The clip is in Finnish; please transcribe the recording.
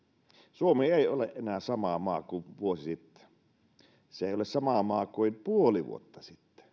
suomi ei ole enää sama maa kuin vuosi sitten se ei ole sama maa kuin puoli vuotta sitten